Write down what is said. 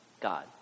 God